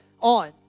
on